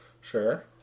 Sure